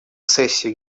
сессию